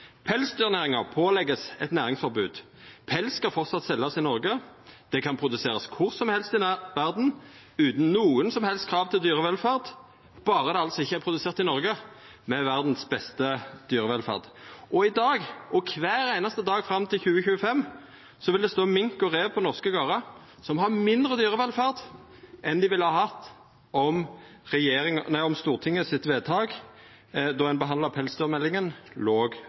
Pelsdyrnæringa vert pålagd eit næringsforbod. Pels skal framleis seljast i Noreg. Det kan produserast kvar som helst i verda utan nokon som helst krav til dyrevelferd, berre det altså ikkje er produsert i Noreg, med verdas beste dyrevelferd. I dag og kvar einaste dag fram til 2025 vil det stå mink og rev på norske gardar som har dårlegare dyrevelferd enn dei ville hatt om Stortingets vedtak då ein behandla pelsdyrmeldinga, låg